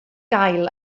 gael